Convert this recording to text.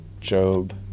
Job